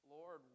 Lord